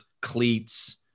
cleats